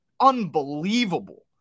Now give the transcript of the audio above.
unbelievable